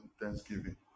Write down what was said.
thanksgiving